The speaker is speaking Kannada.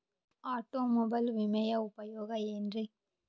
ಆಟೋಮೊಬೈಲ್ ವಿಮೆಯ ಉಪಯೋಗ ಏನ್ರೀ?